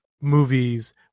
movies